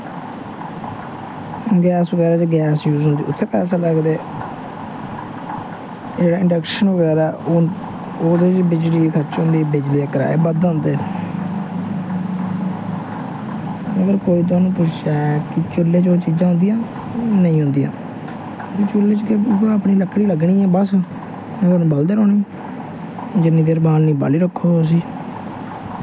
gas बगैरा च gas use होंदी उत्थै पैसे लगदे जेह्ड़ा इंडक्शन बगैरा ऐ ओह्दे च बिजली दा खर्च होंदा बिजली दा कराया बद्ध आंदा मगर कोई थुहानूं पुच्छै चूह्ले च ओह् चीजां औंदियां नेईं औंदियां चूह्ले च केह् उ'ऐ लकड़ी लग्गी ऐ बस ओ उ'नें बलदे रौह्नियां जिन्नै चिर बालनी बाली रक्खो उसी